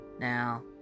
Now